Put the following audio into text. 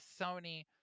sony